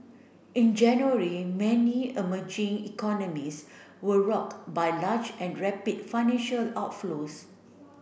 in January many emerging economies were rocked by large and rapid financial outflows